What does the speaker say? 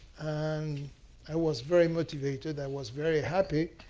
and i was very motivated. i was very happy.